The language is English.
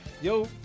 Yo